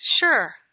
Sure